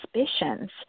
suspicions